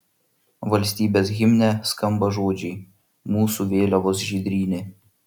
valstybės himne skamba žodžiai mūsų vėliavos žydrynė